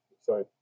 sorry